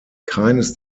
keines